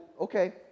okay